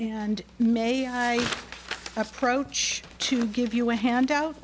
and may i approach to give you a handout